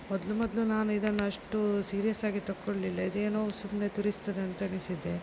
ಮೊದಲು ಮೊದಲು ನಾನು ಇದನ್ನು ಅಷ್ಟು ಸೀರ್ಯಸ್ ಆಗಿ ತಗೊಳ್ಲಿಲ್ಲ ಇದೇನೋ ಸುಮ್ಮನೆ ತುರಿಸ್ತದೆ ಅಂತ ಎಣಿಸಿದ್ದೆ